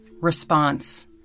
response